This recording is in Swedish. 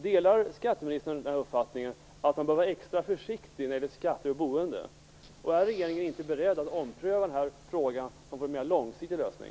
Delar skatteministern uppfattningen att man bör vara extra försiktig när det gäller skatter på boende, och är regeringen inte beredd att ompröva den här frågan så att den får en mer långsiktig lösning?